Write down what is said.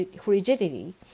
frigidity